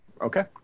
Okay